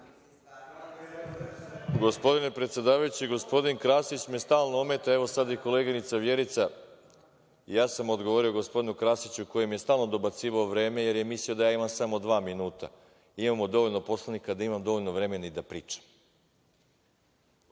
Gospodine predsedavajući, gospodin Krasić me stalno ometa, a evo, sada i koleginica Vjerica. Ja sam odgovorio gospodinu Krasiću, koji mi je stalno dobacivao - vreme, jer je mislio da ja imam samo dva minuta. Imamo dovoljno poslanika da imam dovoljno vremena i da pričam.(Zoran